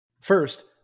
First